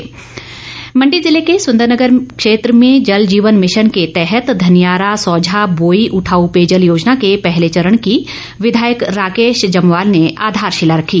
योजना मंडी ज़िले के सुन्दरनगर क्षेत्र में जल जीवन मिशन के तहत धनियारा सौझा बोई उठाऊ पेयजल योजना के पहले चरण की विधायक राकेश जम्वाल ने आधारशिला रखी